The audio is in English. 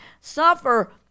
suffer